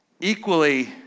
equally